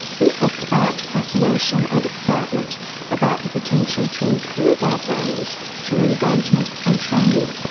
this has sparked fascination and excitement about the potential to improve our brains through engagement and training.